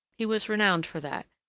he was renowned for that,